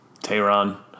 Tehran